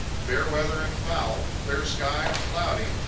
fair weather and foul, clear sky or cloudy,